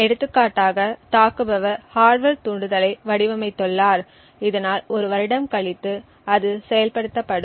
எடுத்துக்காட்டாக தாக்குபவர் ஹார்ட்வர் தூண்டுதலை வடிவமைத்துள்ளார் இதனால் ஒரு வருடம் கழித்து அது செயல்படுத்தப்படும்